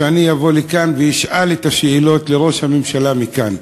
שאני אבוא לכאן ואשאל כאן את ראש הממשלה את השאלות.